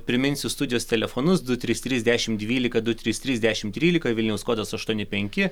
priminsiu studijos telefonus du trys trys dešim dvylika du trys trys dešim trylika vilniaus kodas aštuoni penki